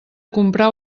comprar